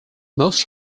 most